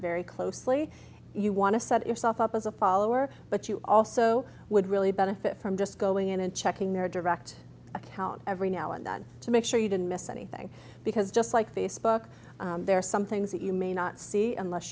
very closely you want to set yourself up as a follower but you also would really benefit from just going in and checking their direct account every now and then to make sure you didn't miss anything because just like facebook there are some things that you may not see unless